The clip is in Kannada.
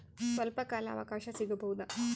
ಸ್ವಲ್ಪ ಕಾಲ ಅವಕಾಶ ಸಿಗಬಹುದಾ?